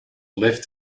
lift